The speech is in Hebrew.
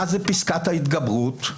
מה זה פסקת ההתגברות?